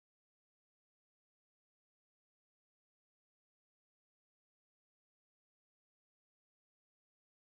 uh some high end magazine or something then next day it was chaotic because I'm in Ritz-Carlton reservations